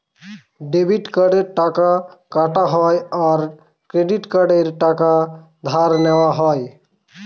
debit কার্ডে টাকা কাটা হয় আর ক্রেডিট কার্ডে টাকা ধার নেওয়া হয়